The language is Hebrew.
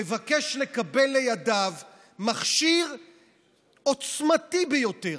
מבקש לקבל לידיו מכשיר עוצמתי ביותר,